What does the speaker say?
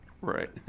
Right